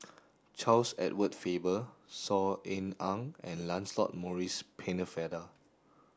Charles Edward Faber Saw Ean Ang and Lancelot Maurice Pennefather